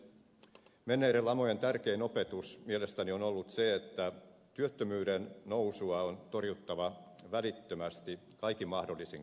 menneiden lamojen tärkein opetus mielestäni on ollut se että työttömyyden nousua on torjuttava välittömästi kaikin mahdollisin keinoin